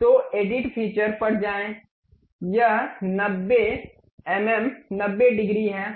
तो edit feature पर जाएं यह 90 एमएम 90 डिग्री है